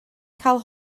cael